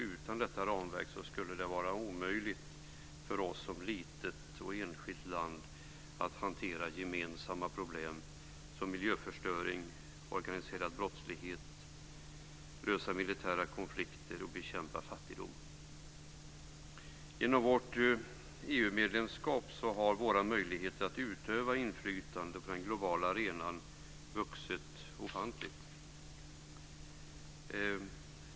Utan detta ramverk skulle det vara omöjligt för oss som litet och enskilt land att hantera gemensamma problem som miljöförstöring och organiserad brottslighet, lösa militära konflikter och bekämpa fattigdomen. Genom vårt EU-medlemskap har våra möjligheter att utöva inflytande på den globala arenan vuxit ofantligt.